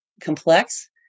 complex